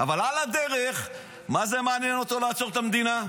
אבל על הדרך מה זה מעניין אותו לעצור את המדינה?